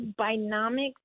binomics